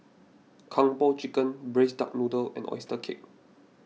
Kung Po Chicken Braised Duck Noodle and Oyster Cake